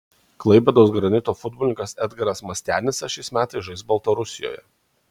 klaipėdos granito futbolininkas edgaras mastianica šiais metais žais baltarusijoje